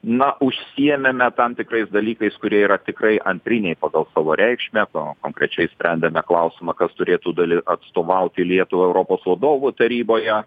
na užsiėmėme tam tikrais dalykais kurie yra tikrai antriniai pagal savo reikšmę konkrečiai sprendėme klausimą kas turėtų dali atstovauti lietuvą europos vadovų taryboje